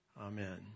Amen